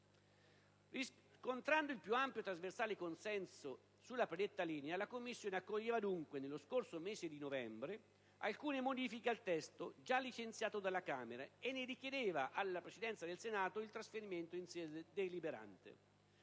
riscontrava il più ampio e trasversale consenso sulla predetta linea e accoglieva dunque, nello scorso mese di novembre, alcune modifiche al testo già licenziato dalla Camera dei deputati, richiedendo alla Presidenza del Senato il trasferimento alla sede deliberante.